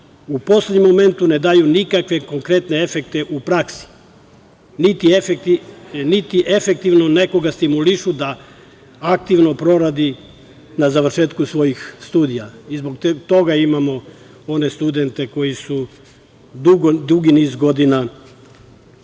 u poslednjem momentu ne daju nikakve konkretne efekte u praksi, niti efektivno nekoga stimulišu da aktivno poradi na završetku svojih studija i zbog toga imamo one studente koji su dugi niz godina na